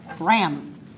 ram